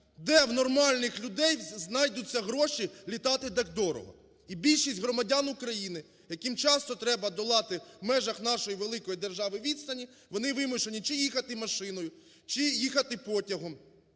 Де у нормальних людей знайдуться гроші літати так дорого? І більшість громадян України, яким часто треба долати у межах нашої великої держави відстані, вони вимушені чи їхати машиною, чи їхати потягом